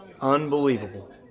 Unbelievable